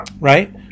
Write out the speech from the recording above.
Right